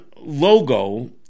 logo